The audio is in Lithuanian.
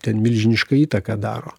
ten milžinišką įtaką daro